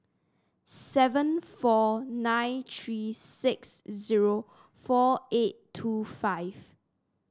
seven four nine three six zero four eight two five